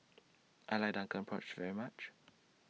I like Drunken Prawns very much